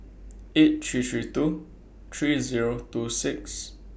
eight three three two three Zero two six